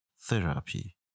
Therapy